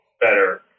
better